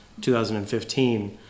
2015